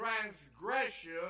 transgression